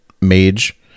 mage